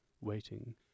waiting